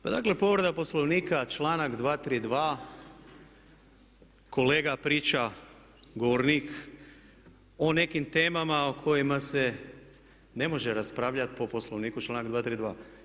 Pa dakle povreda Poslovnika članak 232., kolega priča, govornik o nekim temama o kojima se ne može raspravljati po Poslovniku članak 232.